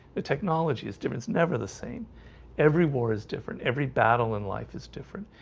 the technology is different never the same every war is different every battle in life is different.